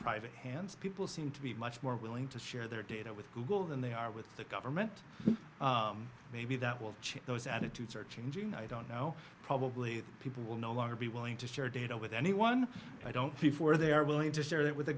private hands people seem to be much more willing to share their data with google than they are with the government maybe that will change those attitudes are changing and i don't know probably people will no longer be willing to share data with anyone i don't think for they are willing to share it with the